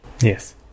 Yes